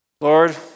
Lord